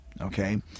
Okay